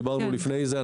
דיברנו לפני זה.